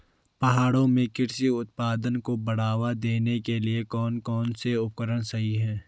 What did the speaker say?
पहाड़ों में कृषि उत्पादन को बढ़ावा देने के लिए कौन कौन से उपकरण सही हैं?